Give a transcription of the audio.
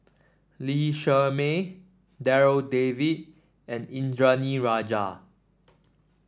Lee Shermay Darryl David and Indranee Rajah